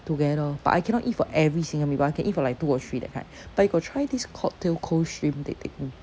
together but I cannot eat for every single meatball I can eat for like two or three that kind but you got try this cocktail cold shrimp that thing